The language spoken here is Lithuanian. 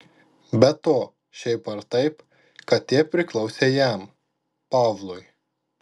be to šiaip ar taip katė priklausė jam pavlui